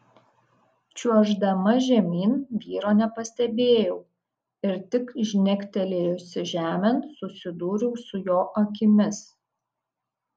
čiuoždama žemyn vyro nepastebėjau ir tik žnektelėjusi žemėn susidūriau su jo akimis